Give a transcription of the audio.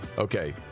Okay